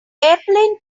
airplane